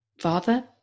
father